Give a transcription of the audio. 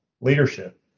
Leadership